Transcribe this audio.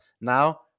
now